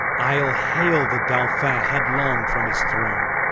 ile hale the dolphin headlong from his throne,